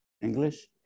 English